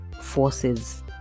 forces